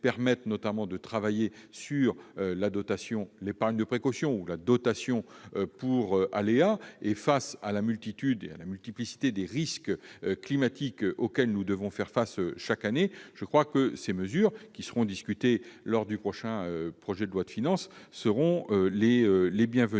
permettant notamment de travailler sur l'épargne de précaution ou la dotation pour aléas. Face à la multitude et à la multiplicité des risques climatiques auxquels nous devons faire face chaque année, je crois que ces mesures, qui seront discutées lors du prochain projet de loi de finances, seront les bienvenues.